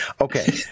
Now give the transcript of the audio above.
Okay